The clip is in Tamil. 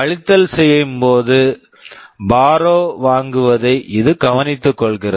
கழித்தல் செயலின் போது பார்ரோவ் borrow வாங்குவதை இது கவனித்துக்கொள்கிறது